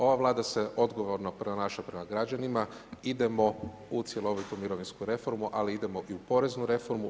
Ova Vlada se odgovorno ponaša prema građanima, idemo u cjelovitu mirovinsku reformu, ali idemo i u poreznu reformu.